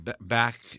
back